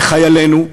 לחיילינו,